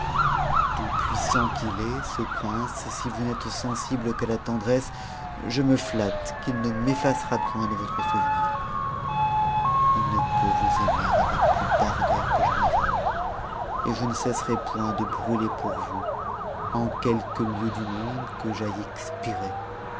tout passant qu'il est ce prince si vous n'êtes sensible qu'à la tendresse je me flatte qu'il ne m'effacera point de votre souvenir il ne peut vous mer avec plus d'ardeur que je vous aime et je ne cesserai point de rfer pour vous en quelque lieu du monde que j'aille expirer